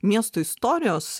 miesto istorijos